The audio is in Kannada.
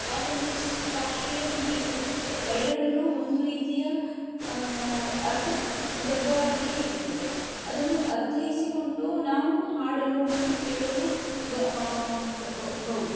ಯಾಕೆಂದರೆ ಶಾಸ್ತ್ರೀಯ ಸಂಗೀ ಎರಡರಲ್ಲೂ ಒಂದು ರೀತಿಯ ಅರ್ಥಗರ್ಭವಾಗಿಯೇ ಇರುತ್ತದೆ ಅದನ್ನು ಅರ್ಥೈಸಿಕೊಂಡು ನಾವು ಹಾಡಲು ಮತ್ತು ಕೇಳಲು ಬಹುದು